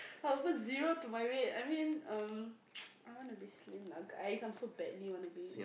I offer zero to my weight I mean um I want to be slim lah guys I so badly want to be